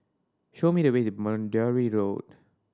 show me the way to Boundary Road